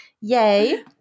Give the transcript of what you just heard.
yay